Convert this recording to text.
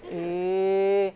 eh